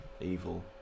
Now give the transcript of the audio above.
evil